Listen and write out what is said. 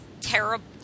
terrible